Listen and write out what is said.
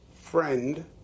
friend